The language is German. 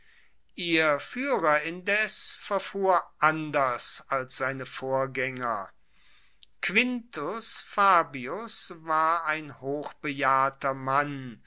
ihr fuehrer indes verfuhr anders als seine vorgaenger quintus fabius war ein hochbejahrter mann